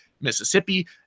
Mississippi